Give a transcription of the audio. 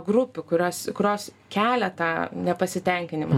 grupių kurios kurios kelia tą nepasitenkinimą